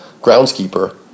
groundskeeper